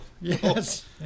Yes